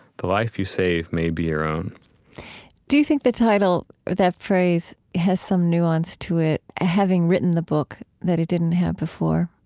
the life you save may be your own do you think the title, that phrase, has some nuance to it, having written the book, that it didn't have before?